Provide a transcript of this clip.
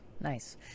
Nice